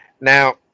Now